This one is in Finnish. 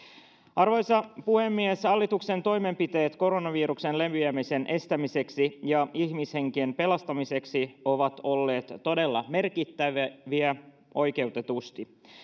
arvoisa puhemies hallituksen toimenpiteet koronaviruksen leviämisen estämiseksi ja ihmishenkien pelastamiseksi ovat olleet todella merkittäviä oikeutetusti